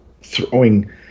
throwing